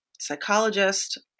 psychologist